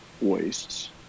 wastes